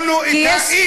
תשאירו לנו את היידיש שלנו.